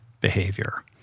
behavior